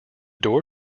door